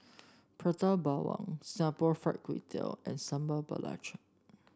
Prata Bawang Singapore Fried Kway Tiao and Sambal Belacan